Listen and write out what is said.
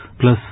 plus